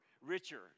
richer